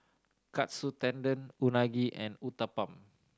Katsu Tendon Unagi and Uthapam